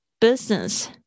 business